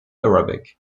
arabic